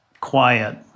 quiet